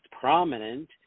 prominent